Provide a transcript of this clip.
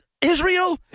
Israel